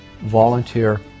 Volunteer